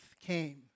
came